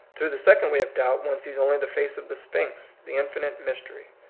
through the second way of doubt one sees only the face of the sphinx, the infinite mystery.